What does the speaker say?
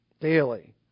Daily